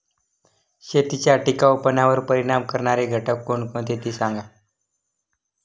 शेतीच्या टिकाऊपणावर परिणाम करणारे घटक कोणते ते सांगा